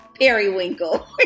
periwinkle